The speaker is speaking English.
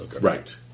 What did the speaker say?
right